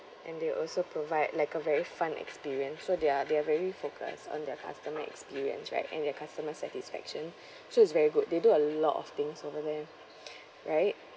and they also provide like a very fun experience so they are they are very focused on their customer experience right and their customer satisfaction so it's very good they do a lot of things over there right